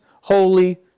holy